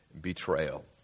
betrayal